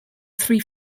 three